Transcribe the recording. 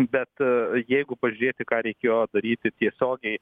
bet jeigu pažiūrėti ką reikėjo daryti tiesiogiai